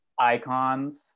icons